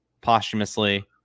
posthumously